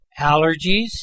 allergies